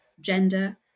Gender